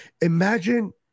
Imagine